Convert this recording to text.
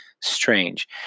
strange